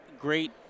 great